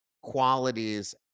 qualities